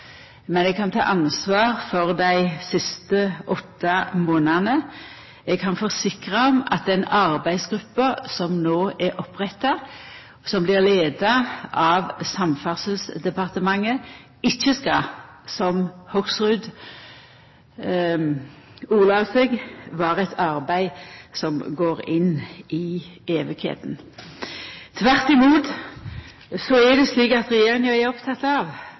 men eg kan ta ansvar for dei siste åtte månadene. Eg kan forsikra om at ei arbeidsgruppe som no er oppretta, og som blir leidd av Samferdselsdepartementet, ikkje skal, som Hoksrud ordla seg, vera eit arbeid som går inn «i uendeligheten». Tvert imot er det slik at regjeringa er oppteken av